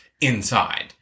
inside